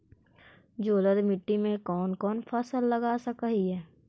जलोढ़ मिट्टी में कौन कौन फसल लगा सक हिय?